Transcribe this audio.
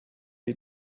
die